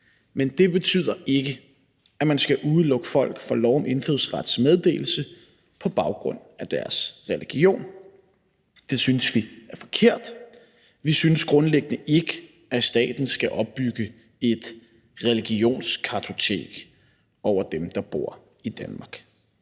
Men det betyder ikke, at man skal udelukke folk fra lovforslaget om indfødsrets meddelelse på baggrund af deres religion – det synes vi er forkert. Vi synes grundlæggende ikke, at staten skal opbygge et religionskartotek over dem, der bor i Danmark.